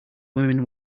women